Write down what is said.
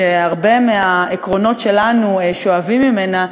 שהרבה מהעקרונות שלנו שואבים ממנה,